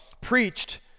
preached